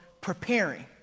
preparing